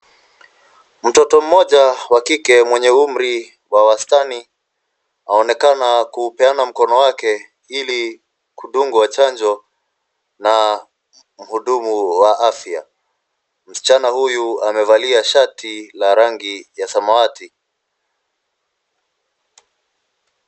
Mtoto mmoja wa kike mwenye umri wa wastani aonekana kuupeana mkono wake ili kudungwa chanjo na mhudumu wa afya. Msichana huyu amevalia shati la rangi ya samawati.